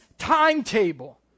timetable